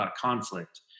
conflict